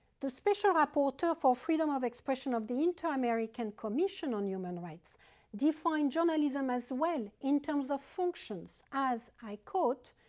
the special rapporteur for freedom of expression of the inter-american commission on human rights defined journalism as well in terms of functions, as i quote,